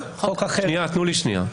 תנו לי שנייה.